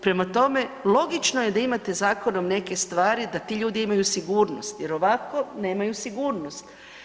Prema tome, logično je da imate zakonom neke stvari da ti ljudi imaju sigurnost jer ovako nemaju sigurnost.